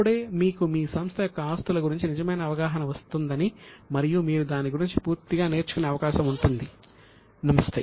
అప్పుడే మీకు సంస్థ యొక్క ఆస్తుల గురించి నిజమైన అవగాహన వస్తుంది మరియు మీరు దాని గురించి పూర్తిగా నేర్చుకునే అవకాశం ఉంటుంది నమస్తే